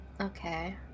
Okay